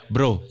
Bro